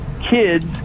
kids